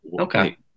Okay